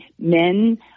men